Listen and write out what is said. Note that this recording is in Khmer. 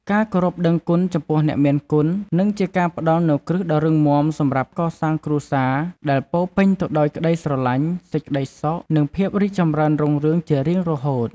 ការគោរពដឹងគុណចំពោះអ្នកមានគុណ និងជាការផ្តល់នូវគ្រឹះដ៏រឹងមាំសម្រាប់កសាងគ្រួសារមួយដែលពោរពេញទៅដោយក្តីស្រឡាញ់ សេចក្តីសុខ និងភាពចម្រើនរុងរឿងជារៀងរហូត។